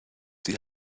die